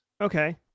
Okay